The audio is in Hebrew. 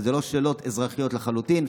ואלה לא שאלות אזרחיות לחלוטין.